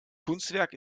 kunstwerk